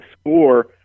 score